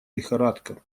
лихорадка